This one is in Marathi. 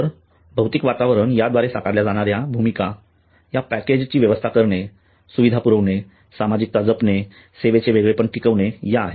तर भौतिक वातावरण याद्वारे साकारल्या जाणाऱ्या भूमिका ह्या पॅकेजची व्यवस्था करणे सुविधा पुरविणे सामाजिकता जपणे सेवेचे वेगळेपण टिकवणे या आहेत